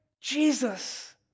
Jesus